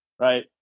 Right